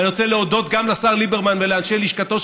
ואני רוצה להודות גם לשר ליברמן ולאנשי לשכתו,